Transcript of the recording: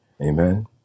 Amen